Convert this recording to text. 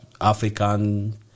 African